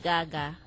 Gaga